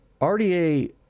RDA